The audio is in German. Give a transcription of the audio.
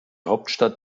hauptstadt